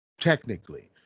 Technically